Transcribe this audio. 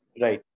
Right